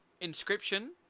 Inscription